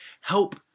Help